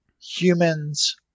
humans